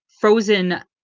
frozen